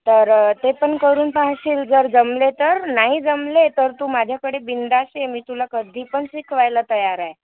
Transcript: तर ते पण करून पाहशील जर जमले तर नाही जमले तर तू माझ्याकडे बिनधास्त ये मी तुला कधी पण शिकवायला तयार आहे